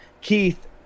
Keith